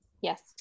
Yes